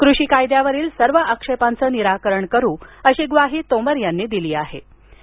कृषी कायद्यावरील सर्व आक्षेपांचं निराकरण करू अशी ग्वाही तोमर यांनी दिलीआहे